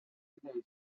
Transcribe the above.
days